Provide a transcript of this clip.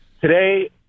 today